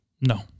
No